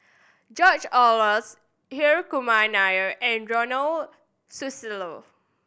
George Oehlers Hri Kumar Nair and Ronald Susilo